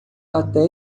até